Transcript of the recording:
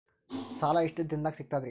ಸಾಲಾ ಎಷ್ಟ ದಿಂನದಾಗ ಸಿಗ್ತದ್ರಿ?